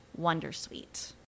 WonderSuite